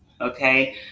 Okay